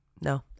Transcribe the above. No